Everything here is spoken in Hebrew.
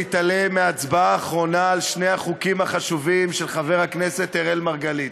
להתעלם מההצבעה על שני החוקים החשובים של חבר הכנסת אראל מרגלית.